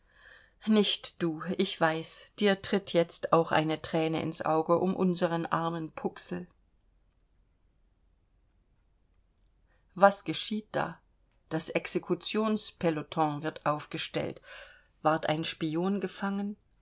nicht du ich weiß dir tritt jetzt auch eine thräne ins auge um unseren armen puxl was geschieht da das exekutions peloton wird aufgestellt ward ein spion gefangen